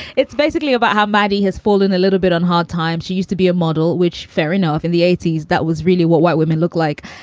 it's basically about how maddie has fallen a little bit on hard times. she used to be a model which fair enough, in the eighty s, that was really what white women look like.